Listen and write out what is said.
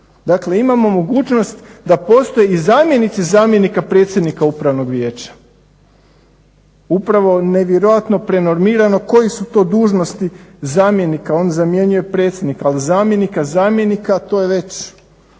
Dakle, imamo mogućnost da postoje i zamjenici zamjenika predsjednika upravnog vijeća. Upravo nevjerojatno prenormirano koje su to dužnosti zamjenika. On zamjenjuje predsjednika, ali zamjenika, zamjenika to je već